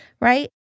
right